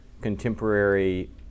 contemporary